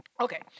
Okay